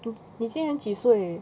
你你今年几岁